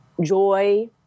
joy